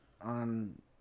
on